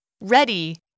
Ready